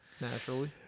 Naturally